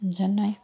झनै